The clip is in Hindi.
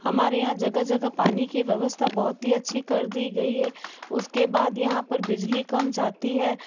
हमारे यहाँ जगह जगह पानी की व्यवस्था बहुत ही अच्छी कर दी गई है उसके बाद यहाँ पर बिजली कम जाती है